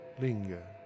linger